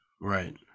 Right